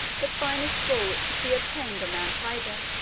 the finest bull which could be obtained on mount ida.